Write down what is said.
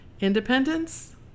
independence